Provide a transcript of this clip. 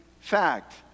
fact